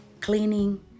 cleaning